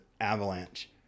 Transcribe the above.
Avalanche